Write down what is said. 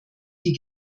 die